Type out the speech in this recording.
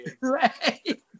Right